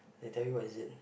they tell you what is it